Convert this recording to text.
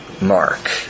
mark